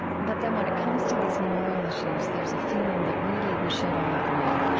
but then when it comes to these moral issues, there's a feeling that really we should all agree,